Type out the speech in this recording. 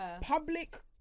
public